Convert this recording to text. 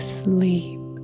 sleep